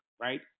right